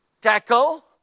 tackle